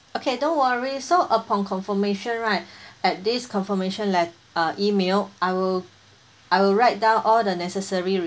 okay don't worry so upon confirmation right at this confirmation let~ uh email I will I will write down all the necessary